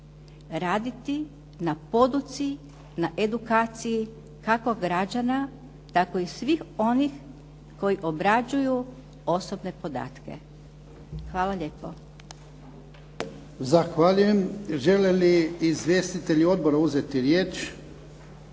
raditi na poduci, na edukaciji kako građana tako i svih onih koji obrađuju osobne podatke. Hvala lijepo.